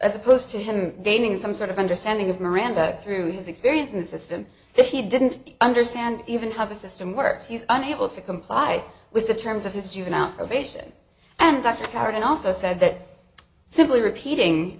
as opposed to him dating some sort of understanding of miranda through his experience in the system if he didn't understand even have a system works he's unable to comply with the terms of his juvenile probation and dr karen also said that simply repeating